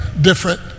different